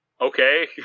Okay